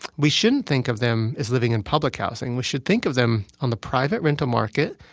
we shouldn't think of them as living in public housing. we should think of them on the private rental market,